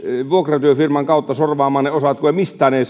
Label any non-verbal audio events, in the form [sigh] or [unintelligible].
vuokratyöfirman kautta sorvaamaan ne osat kun ei [unintelligible]